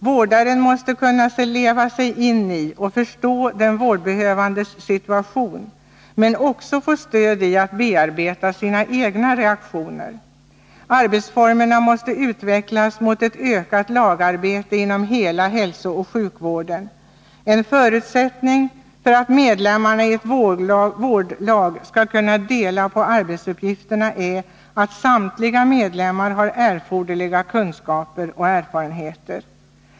Vårdaren måste kunna leva sig in i och förstå den vårdbehövandes situation men också få stöd att bearbeta sina egna reaktioner. Arbetsformerna måste utvecklas mot ökat lagarbete inom hela hälsooch sjukvården. En förutsättning för att medlemmarna i ett vårdlag skall kunna dela på arbetsuppgifterna är att samtliga medlemmar har erforderliga kunskaper och erfarenheter.